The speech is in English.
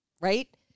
right